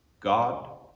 god